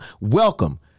welcome